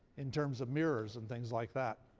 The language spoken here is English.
in terms of mirrors and things like that?